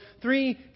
three